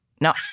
No